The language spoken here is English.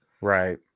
right